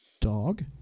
Dog